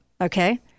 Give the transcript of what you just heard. Okay